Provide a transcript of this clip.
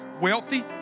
wealthy